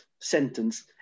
sentence